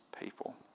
people